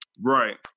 Right